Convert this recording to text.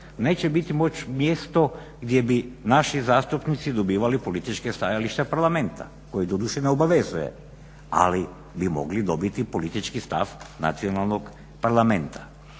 neće biti moći mjesto gdje bi naši zastupnici dobivali politička stajališta Parlamenta koji doduše neobavezuje, ali bi mogli dobiti politički stav Nacionalnog parlamenta.